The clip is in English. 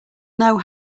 know